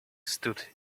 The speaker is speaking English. stood